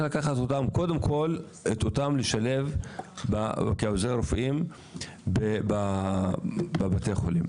קודם כל צריך לשלב אותם כעוזרי רופאים בבתי החולים.